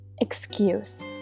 excuse